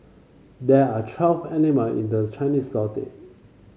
there are twelve animal in the Chinese Zodiac